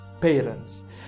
parents